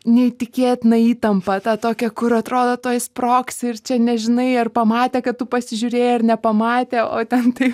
neįtikėtiną įtampą tą tokią kur atrodo tuoj sprogsi ir čia nežinai ar pamatė kad tu pasižiūrėjai ar nepamatė o ten taip